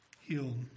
healed